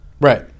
Right